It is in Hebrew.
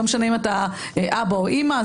זה לא משנה אם אתה אבא או אימא.